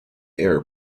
eyre